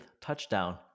touchdown